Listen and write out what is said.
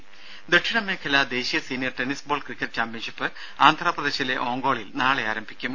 രംഭ ദക്ഷിണ മേഖല ദേശീയ senior tennis ball cricket championship Andhra പ്രദേശിലെ ഓങ്കോളിൽ നാളെ ആരംഭിക്കും